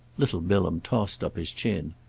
little bilham tossed up his chin.